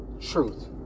truth